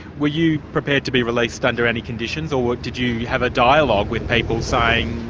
were you prepared to be released under any conditions, or did you have a dialogue with people saying,